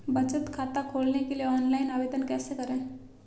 बचत खाता खोलने के लिए ऑनलाइन आवेदन कैसे करें?